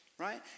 Right